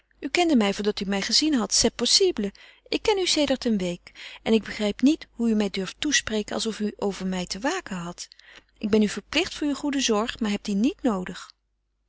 u kende mij voordat u mij gezien had c'est possible ik ken u sedert een week en ik begrijp niet hoe u mij durft toespreken alsof u over mij te waken had ik ben u verplicht voor uw goede zorg maar heb die niet noodig